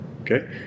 Okay